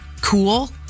cool